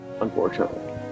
unfortunately